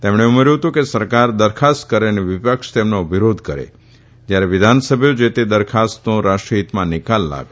તેમણે ઉમેર્થુ હતું કે સરકાર દરખાસ્ત કરે અને વિપક્ષ તેમનો વિરોધ કરે જયારે વિધાનસભ્યો જે તે દરખાસ્તનો રાષ્ટ્રહિતમાં નિકાલ લાવે